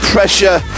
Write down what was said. Pressure